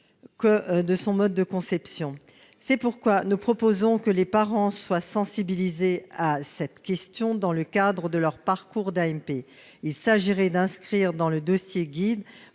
de son mode de conception. C'est pourquoi nous proposons que les parents soient sensibilisés à cette question, dans le cadre de leur parcours d'AMP. Il s'agirait d'inscrire dans le dossier guide